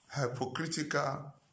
hypocritical